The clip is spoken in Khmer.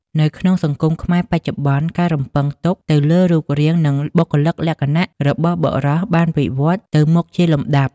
នៅក្នុងសង្គមខ្មែរបច្ចុប្បន្ន ការរំពឹងទុកទៅលើរូបរាង និងបុគ្គលិកលក្ខណៈរបស់បុរសបានវិវឌ្ឍន៍ទៅមុខជាលំដាប់។